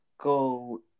go